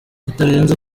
bitarenze